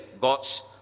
God's